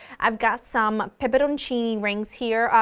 i've got some pepperoncini rings here,